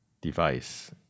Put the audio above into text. device